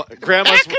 Grandma's